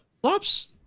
flops